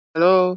Hello